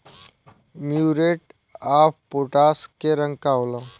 Muriate of potash के रंग का होला?